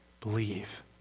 believe